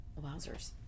Wowzers